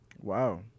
Wow